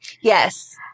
Yes